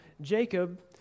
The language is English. Jacob